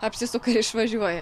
apsisuka ir išvažiuoja